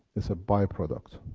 it's a by-product.